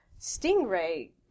Stingray